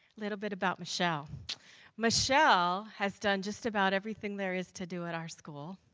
little bit about michelle michelle has done just about everything there is to do at our school.